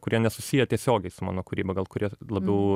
kurie nesusiję tiesiogiai su mano kūryba gal kurie labiau